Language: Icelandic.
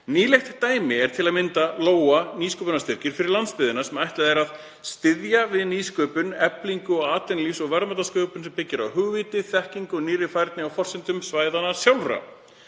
Nýlegt dæmi er til að mynda Lóa – nýsköpunarstyrkir fyrir landsbyggðina, sem ætlað er „að styðja við nýsköpun, eflingu atvinnulífs og verðmætasköpun sem byggir á hugviti, þekkingu og nýrri færni, á forsendum svæðanna sjálfra.“